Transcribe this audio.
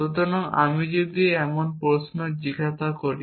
সুতরাং আমি যদি এমন একটি প্রশ্ন জিজ্ঞাসা করি